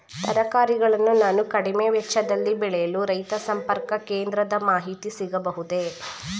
ತರಕಾರಿಗಳನ್ನು ನಾನು ಕಡಿಮೆ ವೆಚ್ಚದಲ್ಲಿ ಬೆಳೆಯಲು ರೈತ ಸಂಪರ್ಕ ಕೇಂದ್ರದ ಮಾಹಿತಿ ಸಿಗಬಹುದೇ?